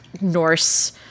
Norse